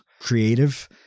creative